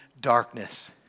darkness